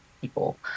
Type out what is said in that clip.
people